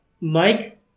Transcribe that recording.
Mike